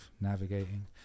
navigating